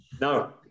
no